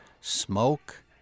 smoke